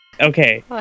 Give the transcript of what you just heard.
Okay